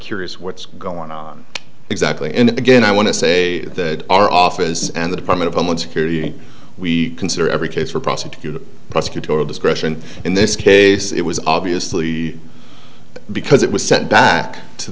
curious what's going on exactly and again i want to say that our office and the department of homeland security we consider every case for prosecuting prosecutorial discretion in this case it was obviously because it was sent back to